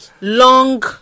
long